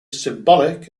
symbolic